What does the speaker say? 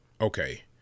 Okay